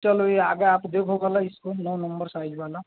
चलो ये आ गया आप देखो भला इसको नौ नंबर साइज वाला